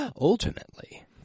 Ultimately